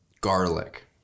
garlic